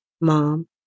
Mom